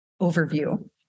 overview